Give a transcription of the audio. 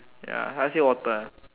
ya I say water ah